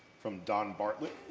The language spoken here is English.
from don bartlett.